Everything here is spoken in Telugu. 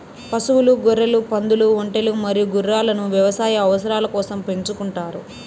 పశువులు, గొర్రెలు, పందులు, ఒంటెలు మరియు గుర్రాలను వ్యవసాయ అవసరాల కోసం పెంచుకుంటారు